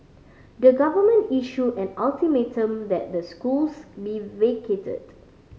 the government issue an ultimatum that the schools be vacated